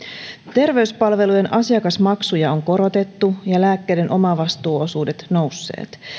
terveyspalvelujen asiakasmaksuja on korotettu ja lääkkeiden omavastuuosuudet ovat nousseet